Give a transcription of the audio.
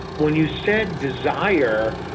when you said desire,